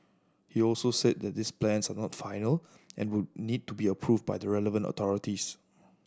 he also said that these plans are not final and would need to be approved by the relevant authorities